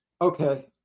Okay